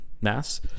mass